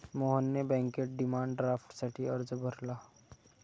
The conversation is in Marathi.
मोहनने बँकेत डिमांड ड्राफ्टसाठी अर्ज भरला